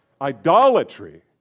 idolatry